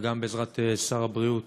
וגם בעזרת שר הבריאות,